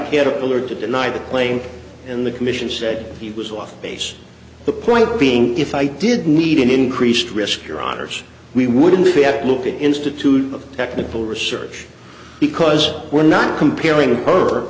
caterpillar to deny the claim and the commission said he was off base the point being if i did need an increased risk your honour's we wouldn't be at looking institute of technical research because we're not comparing her